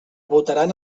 votaran